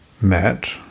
met